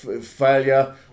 failure